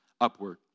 upward